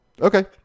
Okay